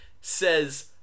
says